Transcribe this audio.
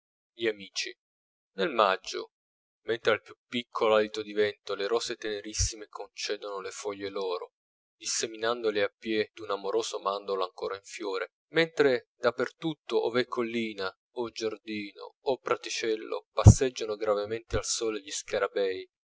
gli amici nel maggio mentre al più piccolo alito di vento le rose tenerissime concedono le foglie loro disseminandole appiè d'un amoroso mandorlo ancora in fiore mentre da per tutto ov'è collina o giardino o praticello passeggiano gravemente al sole gli scarabei